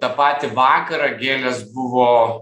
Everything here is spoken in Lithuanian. tą patį vakarą gėlės buvo